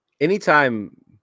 anytime